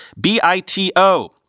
BITO